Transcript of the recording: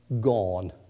gone